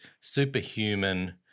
superhuman